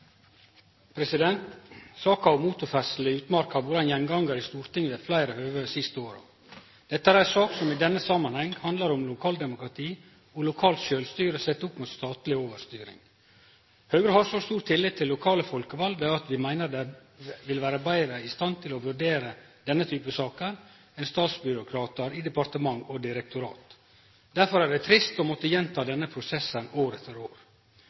ei sak som i denne samanhengen handlar om lokaldemokrati og lokalt sjølvstyre sett opp mot statleg overstyring. Høgre har så stor tillit til lokalt folkevalde at vi meiner dei vil vere betre i stand til å vurdere denne type saker enn statsbyråkratar i departement og direktorat. Derfor er det trist å måtte gjenta denne prosessen år etter år.